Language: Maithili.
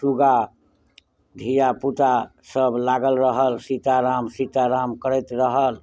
सूगा धीयापुता सब लागल रहल सीताराम सीताराम करैत रहल